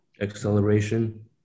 acceleration